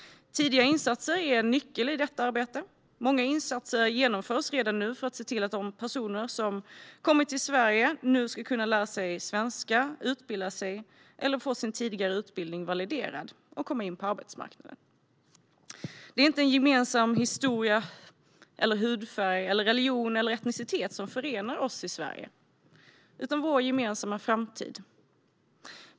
Tidiga insatser är en nyckel i detta arbete. Många insatser genomförs redan nu för att se till att de personer som har kommit till Sverige ska kunna lära sig svenska, utbilda sig eller få sin tidigare utbildning validerad och komma in på arbetsmarknaden. Det är inte en gemensam historia, hudfärg, religion eller etnicitet som förenar oss i Sverige, utan det är vår gemensamma framtid.